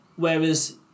Whereas